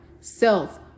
Self